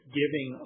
giving